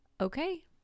okay